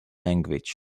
language